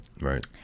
right